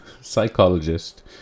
psychologist